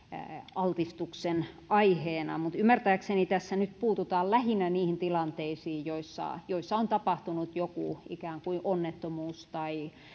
altistuksen aiheena mutta ymmärtääkseni tässä nyt puututaan lähinnä niihin tilanteisiin joissa joissa on tapahtunut joku ikään kuin onnettomuus tai